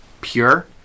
pure